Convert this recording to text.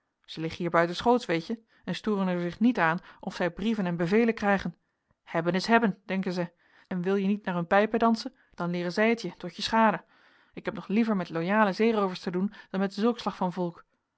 ze liggen hier buiten schoots weet je en storen er zich niet aan of zij brieven en bevelen krijgen hebben is hebben denken zij en wil je niet naar hun pijpen dansen dan leeren zij het je tot je schade ik heb nog liever met royale zeeroovers te doen dan met zulk slag van volk